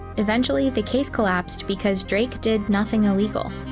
eventually the case collapsed because drake did nothing illegal.